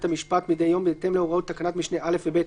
המשפט מידי יום בהתאם להוראות תקנת משנה (א) ו-(ב),